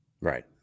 right